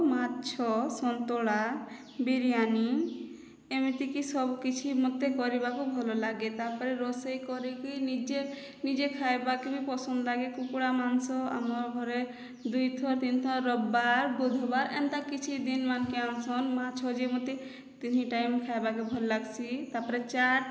ମାଛ ସନ୍ତୁଳା ବିରିୟାନୀ ଏମିତିକି ସବୁ କିଛି ମୋତେ କରିବାକୁ ଭଲ ଲାଗେ ତା ପରେ ରୋଷେଇ କରିକି ନିଜେ ନିଜେ ଖାଇବାକେ ବି ପସନ୍ଦ ଲାଗେ କୁକୁଡ଼ା ମାଂସ ଆମ ଘରେ ଦୁଇ ଥର ତିନି ଥର ରବବାର ବୁଧବାର ଏନ୍ତତା କିଛି ଦିନ ମାନକେ ଆସନ୍ ମାଛ ଯେ ମୋତେ ତିନି ଟାଇମ୍ ଖାଇବାକେ ଭଲ ଲାଗ୍ସି ତା ପରେ ଚାଟ